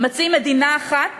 מציעים מדינה אחת